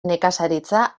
nekazaritza